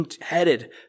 headed